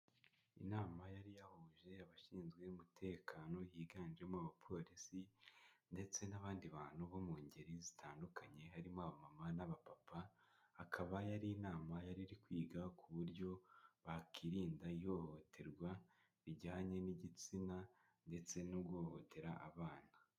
Inama yari yahuje abashinzwe umutekano yiganjemo Abapolisi ndetse n'abandi bantu bo mu ngeri zitandukanye, harimo abamama n'abapapa, akaba yari inama yari iri kwiga ku buryo bakirinda ihohoterwa rijyanye n'igitsina ndetse no guhohotera abana.